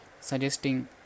suggesting